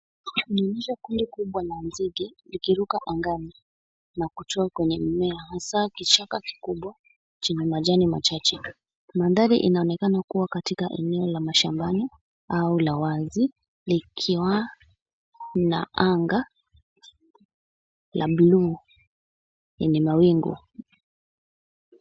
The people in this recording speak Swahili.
Inaonyesha kundi kubwa la nzige zikiruka angani na kutua kwenye mimea hasa kichaka kikubwa chenye majani machache. Mandhari inaonekana kuwa katika eneo la mashambani au la wazi likiwa na anga la buluu yenye mawingu.